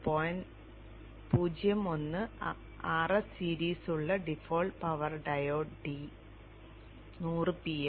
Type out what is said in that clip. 01 Rs series ഉള്ള default power diode d 100 pf